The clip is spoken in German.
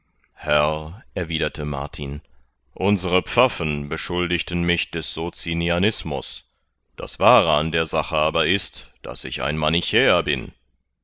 herr erwiderte martin unsere pfaffen beschuldigten mich des socinianismus das wahre an der sache aber ist daß ich ein manichäer bin